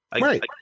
Right